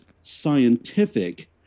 scientific